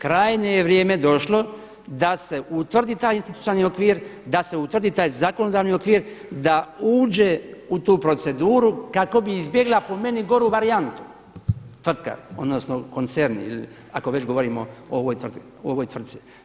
Krajnje je vrijeme došlo da se utvrdi taj institucionalni okvir, da se utvrdi taj zakonodavni okvir, da uđe u tu proceduru kako bi izbjegla po meni goru varijantu tvrtka odnosno koncern ako već govorimo o ovoj tvrci.